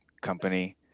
company